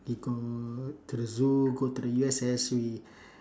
we go to the zoo go to the U_S_S we